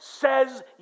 says